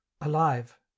alive